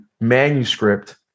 manuscript